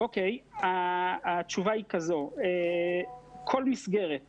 כל מסגרת בישראל,